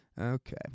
okay